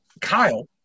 Kyle